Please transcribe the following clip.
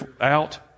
out